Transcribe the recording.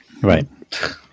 Right